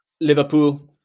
Liverpool